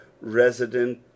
resident